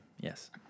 yes